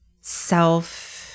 self